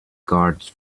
guard’s